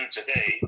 today